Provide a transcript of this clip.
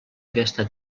aquesta